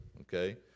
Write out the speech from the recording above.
okay